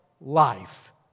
life